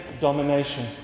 domination